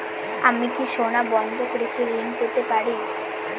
আমি কি সোনা বন্ধক রেখে ঋণ পেতে পারি?